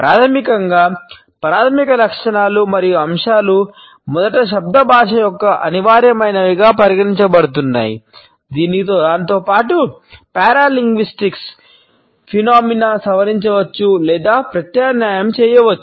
ప్రాథమికంగా ప్రాధమిక లక్షణాలు మరియు అంశాలు మొదట శబ్ద భాష యొక్క అనివార్యమైనవిగా పరిగణించబడుతున్నాయి దానితో పాటు పారాలింగుస్టిక్ సవరించవచ్చు లేదా ప్రత్యామ్నాయం చేయవచ్చు